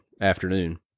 afternoon